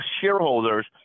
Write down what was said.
shareholders